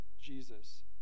Jesus